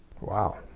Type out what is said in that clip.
Wow